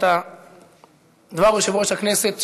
את דבר יושב-ראש הכנסת,